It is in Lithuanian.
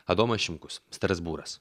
adomas šimkus strasbūras